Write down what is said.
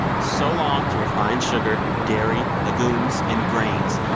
so long to refined sugar, dairy, legumes and grains,